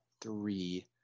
three